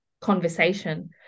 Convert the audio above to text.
conversation